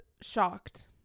shocked